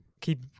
Keep